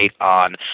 on